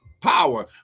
power